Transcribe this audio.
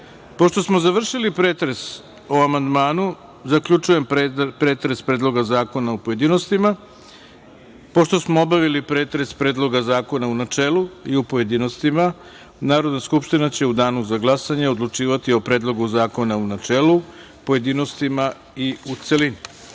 temu. Pošto smo završili pretres o amandmanu, zaključujem pretres Predloga zakona u pojedinostima. Pošto smo obavili pretres Predloga zakona u načelu i u pojedinostima, Narodna skupština će u Danu za glasanje odlučivati o Predlogu zakona u načelu, pojedinostima i u